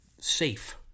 safe